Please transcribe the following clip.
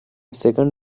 second